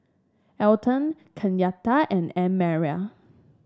Elon Kenyatta and Annmarie